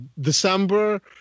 December